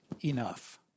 enough